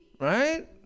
right